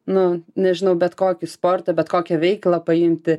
nu nežinau bet kokį sportą bet kokią veiklą paimti